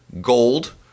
Gold